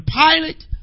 Pilate